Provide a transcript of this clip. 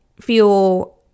feel